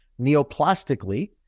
neoplastically